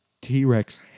T-Rex